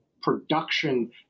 production